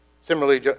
Similarly